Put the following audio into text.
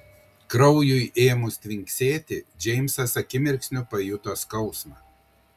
kraujui ėmus tvinksėti džeimsas akimirksniu pajuto skausmą